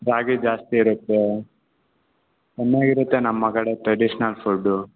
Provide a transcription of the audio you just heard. ರಾಗಿ ಜಾಸ್ತಿ ಇರುತ್ತೆ ಚೆನ್ನಾಗಿರುತ್ತೆ ನಮ್ಮ ಕಡೆ ಟ್ರೆಡಿಷನಲ್ ಫುಡ್